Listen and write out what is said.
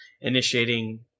initiating